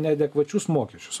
neadekvačius mokesčius